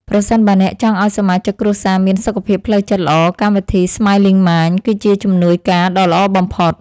ប្រសិនបើអ្នកចង់ឱ្យសមាជិកគ្រួសារមានសុខភាពផ្លូវចិត្តល្អកម្មវិធី ស្ម៉ាយលីង ម៉ាញ (Smiling Mind) គឺជាជំនួយការដ៏ល្អបំផុត។